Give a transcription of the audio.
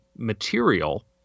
material